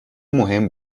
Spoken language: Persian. مهم